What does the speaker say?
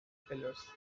pillars